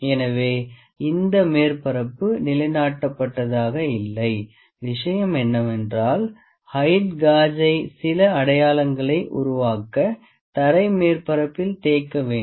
எனவே இந்த மேற்பரப்பு நிலைநாட்டப்பட்டதாக இல்லை விஷயம் என்னவென்றால் ஹெயிட் காஜை சில அடையாளங்களை உருவாக்க தரை மேற்பரப்பில் தேய்க்க வேண்டும்